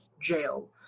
jail